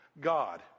God